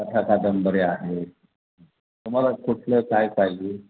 कथा कादंबऱ्या आहेत तुम्हाला कुठलं काय पाहिजे